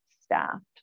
staffed